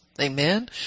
Amen